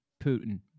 Putin